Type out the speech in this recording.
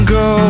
go